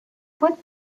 what